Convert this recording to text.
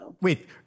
Wait